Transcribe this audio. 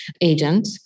agent